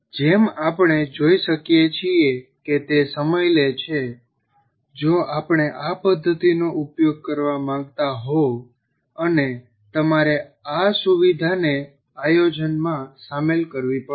જેમ આપણે જોઈ શકીએ છીએ કે તે સમય લે છે જો આપણે આ પદ્ધતિનો ઉપયોગ કરવા માંગતા હો અને તમારે આ સુવિધાને આયોજનમાં શામેલ કરવી પડશે